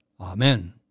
Amen